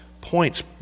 points